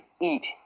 eat